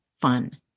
fun